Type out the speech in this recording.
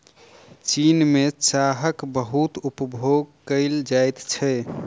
चीन में चाहक बहुत उपभोग कएल जाइत छै